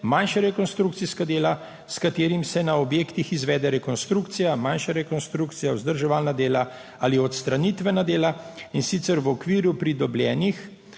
manjša rekonstrukcijska dela, s katerim se na objektih izvede rekonstrukcija, manjša rekonstrukcija, vzdrževalna dela ali odstranitvena dela, in sicer v okviru pridobljenih